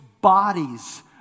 bodies